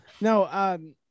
No